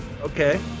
Okay